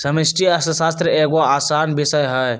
समष्टि अर्थशास्त्र एगो असान विषय हइ